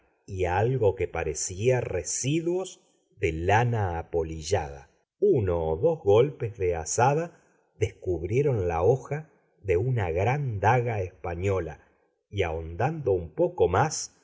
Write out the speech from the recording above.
y algo que parecía residuos de lana apolillada uno o dos golpes de azada descubrieron la hoja de una gran daga española y ahondando un poco más